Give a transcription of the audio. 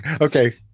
Okay